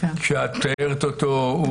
שאת מתארת אותו?